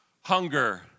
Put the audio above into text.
hunger